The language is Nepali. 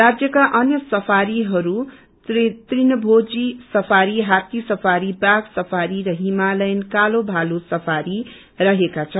राज्यका अन्य सफारीहरू तृणभोजी सफारी हात्ती सफारी बाघ सफारी र हिमालयन कालो भालू सफारी रहेका छन्